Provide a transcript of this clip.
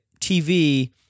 TV